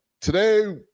today